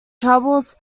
troubles